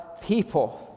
people